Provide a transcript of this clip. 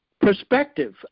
perspective